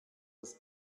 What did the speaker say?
das